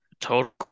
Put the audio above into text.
Total